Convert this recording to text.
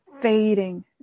fading